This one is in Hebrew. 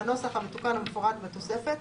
בנוסח המתוקן המפורט בתוספת,